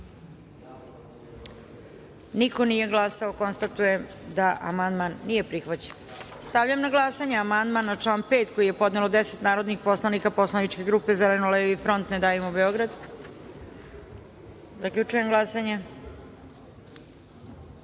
niko nije glasao. Konstatujem da amandman nije prihvaćen. Stavljam na glasanje amandman na član 13. koji je podnelo 10 narodnih poslanika posleničke grupe Zeleno – levi front – Ne davimo Beograd. Zaključujem glasanje: